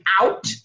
out